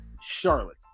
Charlotte